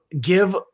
give